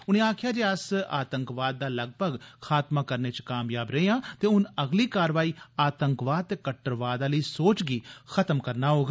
उनें आक्खेआ जे अस आतंकवाद दा लगभग खात्मा करने च कामयाब रेह् आं ते हून अगली कारवाई आतंकवाद ते कट्टरबाद आली सोच गी खत्म करना होग